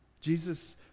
Jesus